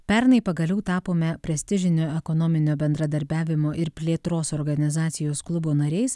pernai pagaliau tapome prestižinio ekonominio bendradarbiavimo ir plėtros organizacijos klubo nariais